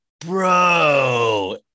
bro